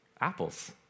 apples